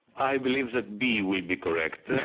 i believe that b would be correct.